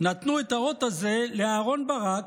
נתנו את האות הזה לאהרן ברק,